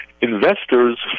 investors